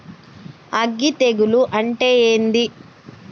అగ్గి తెగులు అంటే ఏంది?